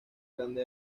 grande